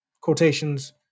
quotations